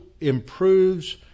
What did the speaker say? improves